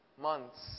months